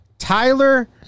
Tyler